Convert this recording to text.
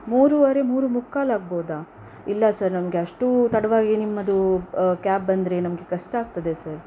ಮೂರುವರೆ ಮೂರು ಮುಕ್ಕಾಲಾಗ್ಬೋದಾ ಇಲ್ಲ ಸರ್ ನಮಗೆ ಅಷ್ಟು ತಡವಾಗಿ ನಿಮ್ಮದು ಕ್ಯಾಬ್ ಬಂದರೆ ನಮಗೆ ಕಷ್ಟ ಆಗ್ತದೆ ಸರ್